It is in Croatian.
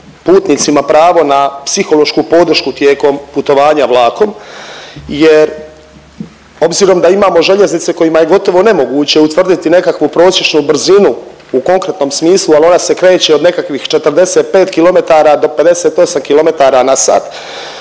putnicima pravo na psihološku podršku tijekom putovanja vlakom jer obzirom da imamo željeznice kojima je gotovo nemoguće utvrditi nekakvu prosječnu brzinu u konkretnom smislu ali ona se kreće od nekakvih 45 kilometara